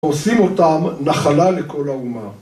עושים אותם נחלה לכל האומה